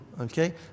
okay